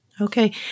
Okay